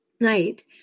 night